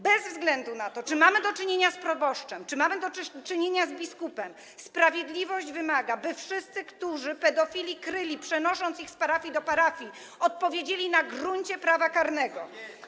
Bez względu na to, czy mamy do czynienia z proboszczem, czy mamy do czynienia z biskupem, sprawiedliwość wymaga, by wszyscy, którzy pedofili kryli, przenosząc ich z parafii do parafii, odpowiedzieli na gruncie prawa karnego.